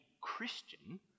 Christian